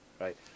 right